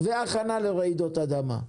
והכנה לרעידות אדמה.